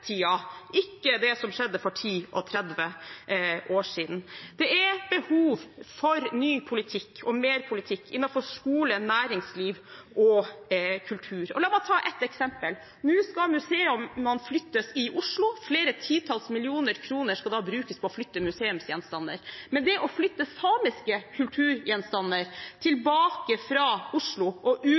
ikke om det som skjedde for 10 og 30 år siden? Det er behov for en ny politikk og mer politikk innenfor skole, næringsliv og kultur. La meg ta et eksempel: Nå skal museene flyttes i Oslo, og flere titalls millioner kroner skal brukes på å flytte museumsgjenstander. Men det å flytte samiske kulturgjenstander tilbake fra Oslo og